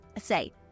say